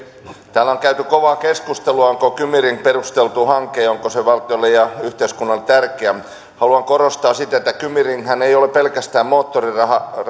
täällä on käyty kovaa keskustelua siitä onko kymi ring perusteltu hanke ja onko se valtiolle ja yhteiskunnalle tärkeä haluan korostaa sitä että kymi ringhän ei ole pelkästään moottoriratahanke